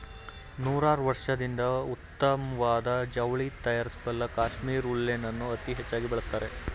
ನೂರಾರ್ವರ್ಷದಿಂದ ಉತ್ತಮ್ವಾದ ಜವ್ಳಿ ತಯಾರ್ಸಲೂ ಕಾಶ್ಮೀರ್ ಉಲ್ಲೆನನ್ನು ಅತೀ ಹೆಚ್ಚಾಗಿ ಬಳಸ್ತಾರೆ